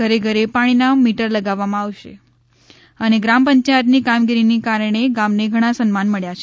ઘરે ઘરે પાણીના મીટર લગાવવામાં આવશે અને ગ્રામ પંચાયતની કામગીરીના કારણે ગામને ઘણા સન્માન મળ્યા છે